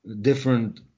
different